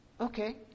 Okay